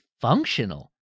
functional